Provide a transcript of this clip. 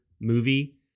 movie